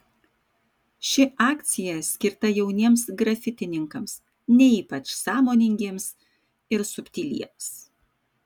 ši akcija skirta jauniems grafitininkams ne ypač sąmoningiems ir subtiliems